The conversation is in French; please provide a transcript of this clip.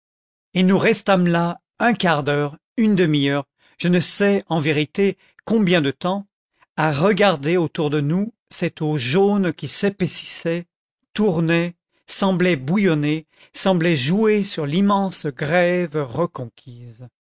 et nous restâmes là un quart d'heure une demi-heure je ne sais en vérité combien de temps à regarder autour de nous cette eau jaune qui s'épaississait tournait semblait bouillonner semblait jouer sur l'immense grève reconquise